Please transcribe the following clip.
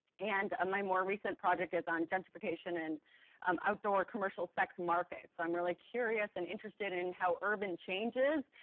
and my more recent project is on gentrification and um outdoor commercial sex markets. i'm really curious and interested in how urban changes